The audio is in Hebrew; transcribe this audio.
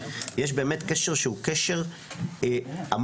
יש באמת קשר שהוא קשר עמוק,